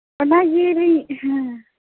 ᱚᱱᱟ ᱜᱮ ᱞᱤᱧ